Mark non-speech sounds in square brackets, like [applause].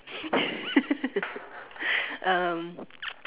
[laughs] um